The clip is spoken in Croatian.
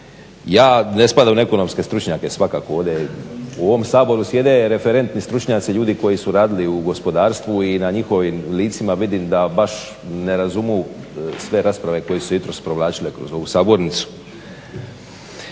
ja ne spadam u ekonomske stručnjake, svakako ovdje u ovom Saboru sjede referentni stručnjaci ljudi koji su radili u gospodarstvu i na njihovim licima vidim da baš ne razumiju sve rasprave koje su se jutros provlačile kroz ovu sabornicu.